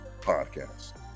Podcast